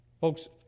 Folks